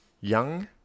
young